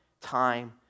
time